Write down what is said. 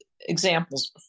examples